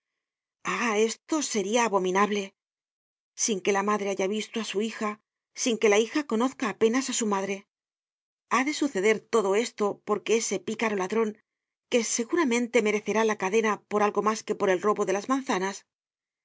ah esto seria abominable sin que la madre haya visto á su hija sin que la hija conozca apenas á su madre ha de suceder todo esto por ese picaro ladron que seguramente merecerá la cadena por algo mas que por el robo fie las manzanas